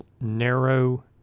narrow